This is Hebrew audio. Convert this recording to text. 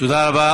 תודה רבה.